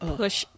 push